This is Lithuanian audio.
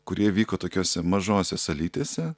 kurie vyko tokiose mažose salytėse